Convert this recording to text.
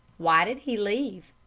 why did he leave?